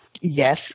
Yes